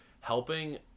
helping